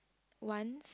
once